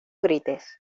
grites